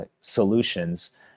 solutions